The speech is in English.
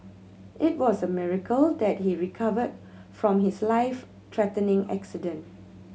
it was a miracle that he recovered from his life threatening accident